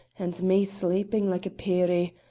and me sleepin' like a peerie.